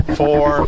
four